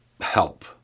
help